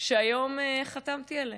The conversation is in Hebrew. שהיום חתמתי עליהם,